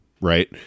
right